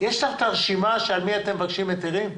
את הרשימה על מי אתם מבקשים היתרים?